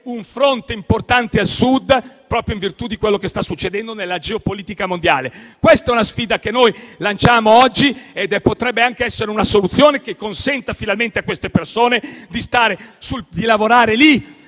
un fronte importante al Sud, proprio in virtù di quello che sta succedendo nella geopolitica mondiale. Questa è una sfida che noi lanciamo oggi e potrebbe anche essere una soluzione che consenta finalmente a quelle persone di lavorare lì,